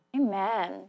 Amen